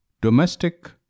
Domestic